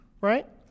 right